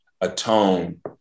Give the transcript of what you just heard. atone